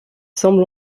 semble